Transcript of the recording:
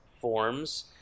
forms